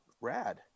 rad